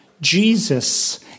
Jesus